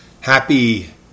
Happy